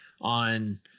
on